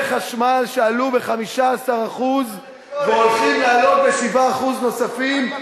חשמל שעלו ב-15% והולכים לעלות ב-7% נוספים,